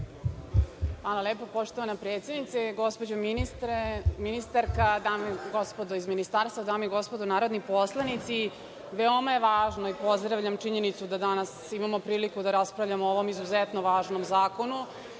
Hvala lepo. Poštovana predsednice, gospođo ministar, dame i gospodo iz ministarstva, dame i gospodo narodni poslanici, veoma je važno i pozdravljam činjenicu da danas imamo priliku da raspravljamo o ovom izuzetno važnom zakonu